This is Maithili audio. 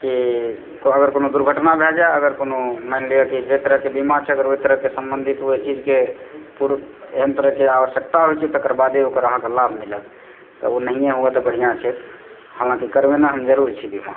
कि अगर कओनो दुर्घटना भए जाए अगर कोनो मानि लिअऽ कि जहि तरहकेँ बीमा छै अगर ओहि तरहकेेँ सम्बंधित ओहि चीजके कोनो एहन तरहकेँ आवश्यकता होइत छै तकर बादे ओकर अहाँकेँ लाभ मिलत तऽ ओ नहिए हुअऽ तऽ बढ़िआँ छै हालाँकि करबेने हम जरुर छी बीमा